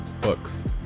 books